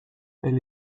elle